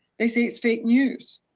they say it's fake news.